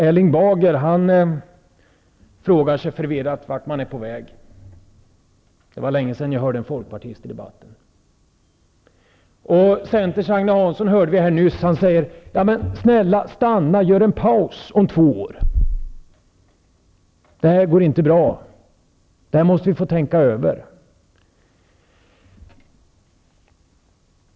Erling Bager frågar sig förvirrat vart man är på väg. Det var länge sedan jag hörde en folkpartist i debatten. Centerpartiets Agne Hansson hörde vi här nyss. Han säger: Snälla, stanna, gör en paus om två år! Det här går inte bra. Det här måste vi få tänka över.